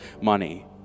money